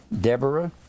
Deborah